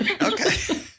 Okay